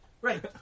right